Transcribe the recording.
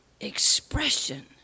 expression